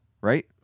right